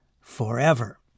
forever